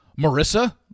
Marissa